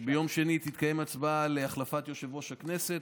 ביום שני תתקיים הצבעה על החלפת יושב-ראש הכנסת,